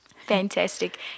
Fantastic